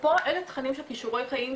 פה אלה תכנים של כישורי חיים,